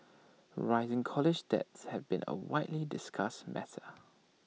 rising college debts has been A widely discussed matter